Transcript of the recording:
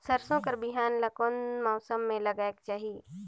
सरसो कर बिहान ला कोन मौसम मे लगायेक चाही?